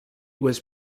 was